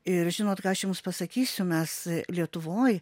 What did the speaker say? ir žinot ką aš jums pasakysiu mes lietuvoj